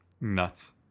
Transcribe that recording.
nuts